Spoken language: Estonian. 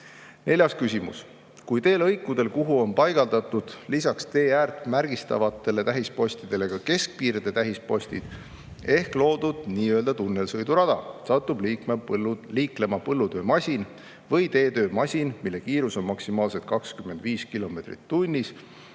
Neljas küsimus: kui teelõikudel, kuhu on paigaldatud lisaks teeäärt märgistavatele tähispostidele ka keskpiirde tähispostid ehk loodud nii-öelda tunnelsõidurada, satub liiklema põllutöömasin või teetöömasin, mille kiirus on maksimaalselt 25 kilomeetrit tunnis,